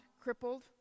crippled